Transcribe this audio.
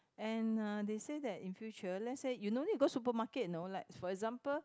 and uh they say that in future let's say you no need to go supermarket you know like for example